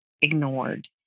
ignored